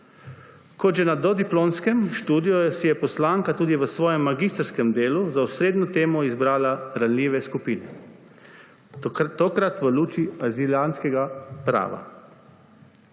Kot že na dodiplomskem študiju si je poslanka tudi v svojem magistrskem delu za osrednjo temo izbrala ranljive skupine, tokrat v luči azilantskega prava.